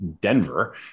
Denver